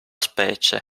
specie